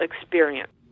experience